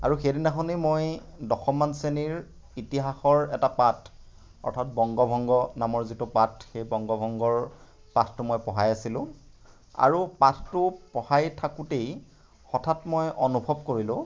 আৰু সেইদিনাখনেই মই দশমমান শ্ৰেণীৰ ইতিহাসৰ এটা পাঠ অৰ্থাৎ বংগ ভংগ নামৰ যিটো পাঠ সেই বংগ ভংগৰ পাঠটো মই পঢ়াই আছিলোঁ আৰু পাঠটো পঢ়াই থাকোঁতেই হঠাৎ মই অনুভৱ কৰিলোঁ